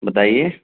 بتائیے